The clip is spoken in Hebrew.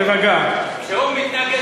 תגיד לי: אין לי תשובה.